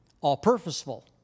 all-purposeful